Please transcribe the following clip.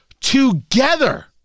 Together